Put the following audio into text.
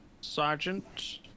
sergeant